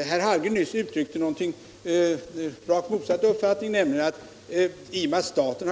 Men herr Hallgren uttryckte nyss motsatt uppfattning, nämligen att när staten